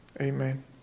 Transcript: Amen